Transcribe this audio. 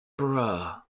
bruh